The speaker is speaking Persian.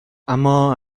اما